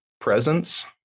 presence